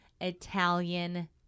Italian